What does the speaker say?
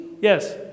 Yes